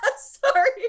Sorry